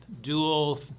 dual